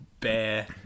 Bear